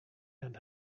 and